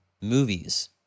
movies